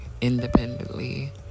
independently